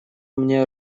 мне